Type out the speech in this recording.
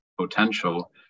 potential